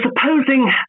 supposing